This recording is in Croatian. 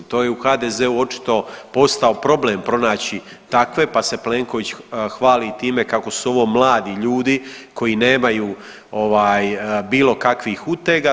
To je u HDZ-u očito postao problem pronaći takve, pa se Plenković hvali time kako su ovo mladi ljudi koji nemaju bilo kakvih utega.